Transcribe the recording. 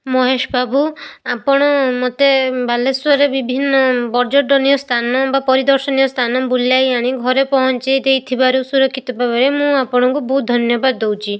ମହେଶବାବୁ ଆପଣ ମତେ ବାଲେଶ୍ଵରରେ ବିଭିନ୍ନ ପର୍ଯ୍ୟଟନୀୟ ସ୍ଥାନ ବା ପରିଦର୍ଶନୀୟ ସ୍ଥାନ ବୁଲାଇ ଆଣି ଘରେ ପହଞ୍ଚେଇ ଦେଇ ଥିବାରୁ ସୁରକ୍ଷିତ ଭାବେ ମୁଁ ଆପଣଙ୍କୁ ବହୁତ ଧନ୍ୟବାଦ ଦଉଛି